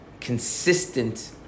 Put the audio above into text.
consistent